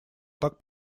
так